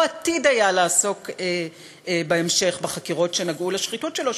או עתיד היה לעסוק בהמשך בחשדות שנגעו בשחיתות שלו,